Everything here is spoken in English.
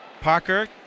Parker